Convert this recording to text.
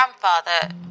grandfather